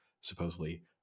supposedly